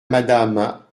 madame